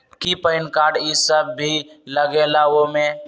कि PAN card इ सब भी लगेगा वो में?